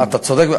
אתה צודק.